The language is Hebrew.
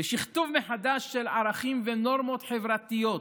בשכתוב מחדש של ערכים ונורמות חברתיות,